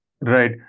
Right